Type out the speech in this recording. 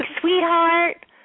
sweetheart